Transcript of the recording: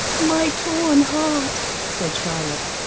my torn heart! said charlotte,